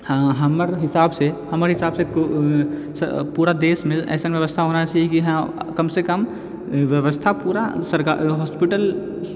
हँ हमर हिसाबसँ हमर हिसाबसँ पूरा देशमे अइसन बेबस्था होना चाहिए कि हँ कमसँ कम बेबस्था पूरा सरकार हॉस्पिटल